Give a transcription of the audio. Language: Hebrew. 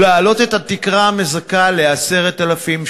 ולהעלות את התקרה המזכה ל-10,800.